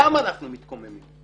שם אנחנו מתקוממים.